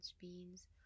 beans